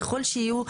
ככל שיהיו,